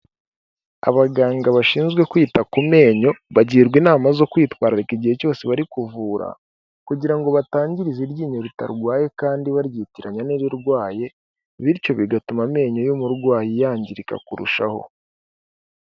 Abaganga bashinzwe kwita ku menyo bagirwa inama zo kwitwararika igihe cyose bari kuvura kugira ngo batangizeriza iryinyo ritarwaye kandi baryitiranya n'ibirwaye, bityo bigatuma amenyo y'umurwayi yangirika kurushaho.